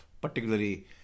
particularly